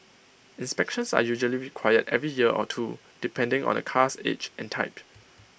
inspections are usually required every year or two depending on A car's age and type